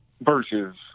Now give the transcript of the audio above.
versus